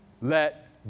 let